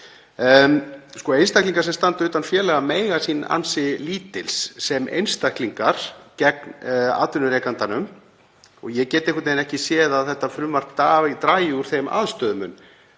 Einstaklingar sem standa utan félaga mega sín ansi lítils sem einstaklingar gegn atvinnurekandanum og ég get einhvern veginn ekki séð að þetta frumvarp dragi úr þeim aðstöðumun.